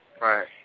Right